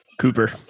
Cooper